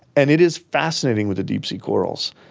and it is fascinating with the deep sea corals.